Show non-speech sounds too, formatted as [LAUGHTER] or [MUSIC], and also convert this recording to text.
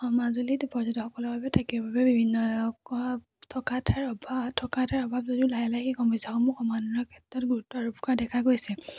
অঁ মাজুলিত পৰ্যটকসকলৰ বাবে থাকিবৰ বাবে বিভিন্ন [UNINTELLIGIBLE] থকা ঠাইৰ অভাৱ থকা ঠাইৰ অভাৱ যদিও লাহে লাহে সেই সমস্যাসমূহ সমাধানৰ ক্ষেত্ৰত গুৰুত্ব আৰোপ কৰা দেখা গৈছে